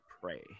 pray